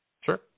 Sure